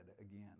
again